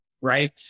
right